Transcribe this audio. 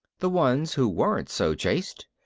the ones who weren't so chaste,